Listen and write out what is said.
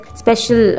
special